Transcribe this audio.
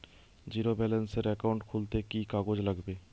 Zero ব্যালেন্সের account খুলতে কি কি কাগজ লাগবে?